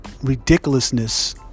ridiculousness